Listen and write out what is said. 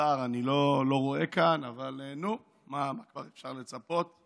שר אני לא רואה כאן, אבל נו, מה כבר אפשר לצפות?